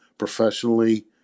professionally